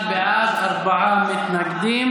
אחד בעד, ארבעה נגד.